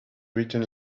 written